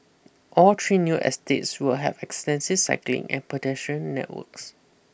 all three new estates will have extensive cycling and pedestrian networks